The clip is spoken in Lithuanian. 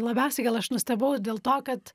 labiausiai gal aš nustebau dėl to kad